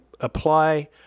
apply